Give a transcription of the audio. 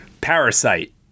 Parasite